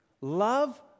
Love